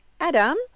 Adam